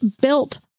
built